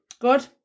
Good